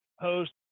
post